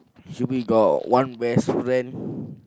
should be got one best friend